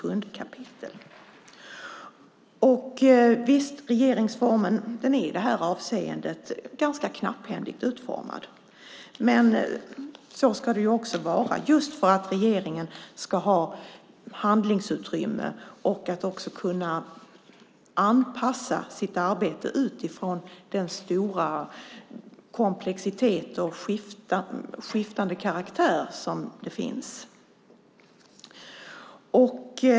Visst är regeringsformen i det här avseendet ganska knapphändigt utformad, men så ska det vara för att regeringen också ska ha handlingsutrymme och kunna anpassa sitt arbete utifrån ärendenas skiftande karaktär och komplexitet.